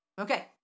Okay